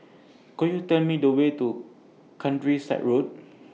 Could YOU Tell Me The Way to Countryside Road